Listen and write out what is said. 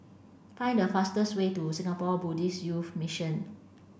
find the fastest way to Singapore Buddhist Youth Mission